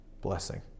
blessing